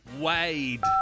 Wade